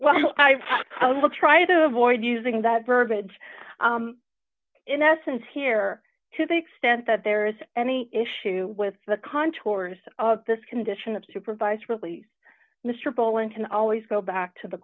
well i will try to avoid using that verbiage in essence here to the extent that there is any issue with the contours of this condition of supervised release mr bolling can always go back to the